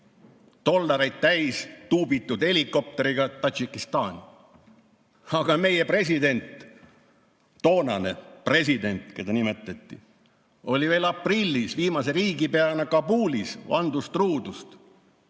dollareid täistuubitud helikopteriga Tadžikistani. Aga meie president, toonane president, oli veel aprillis viimase riigipeana Kabulis, vandus truudust